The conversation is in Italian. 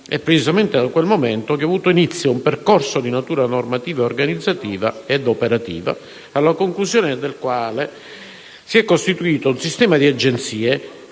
è precisamente da quel momento che ha avuto inizio un percorso di natura normativa, organizzativa ed operativa a conclusione del quale si è costituito un sistema di Agenzie,